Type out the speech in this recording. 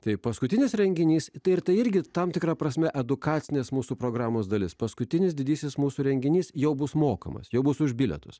tai paskutinis renginys tai ir tai irgi tam tikra prasme edukacinės mūsų programos dalis paskutinis didysis mūsų renginys jau bus mokamas jau bus už bilietus